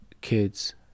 kids